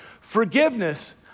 Forgiveness